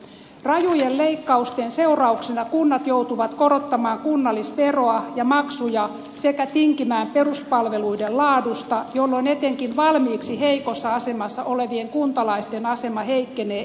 rajujen leikkausten seurauksena kunnat joutuvat korottamaan kunnallisveroa ja maksuja sekä tinkimään peruspalveluiden laadusta jolloin etenkin valmiiksi heikossa asemassa olevien kuntalaisten asema heikkenee entisestään